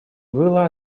было